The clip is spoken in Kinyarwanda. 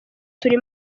turi